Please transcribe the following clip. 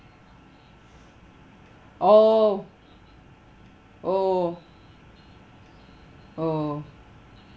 oo oo oo